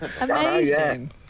Amazing